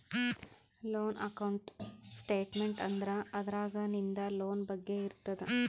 loan account statement ಅಂದುರ್ ಅದ್ರಾಗ್ ನಿಂದ್ ಲೋನ್ ಬಗ್ಗೆ ಇರ್ತುದ್